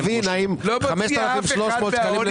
תגיד שכיוון שיש את יוקר המחיה,